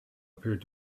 appeared